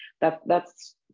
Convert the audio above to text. that—that's